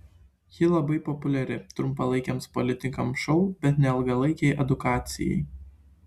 ji labai populiari trumpalaikiams politiniams šou bet ne ilgalaikei edukacijai